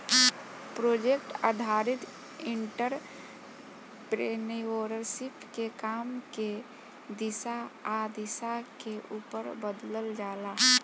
project आधारित entrepreneurship के काम के दिशा आ दशा के उपर बदलल जाला